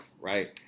right